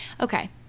okay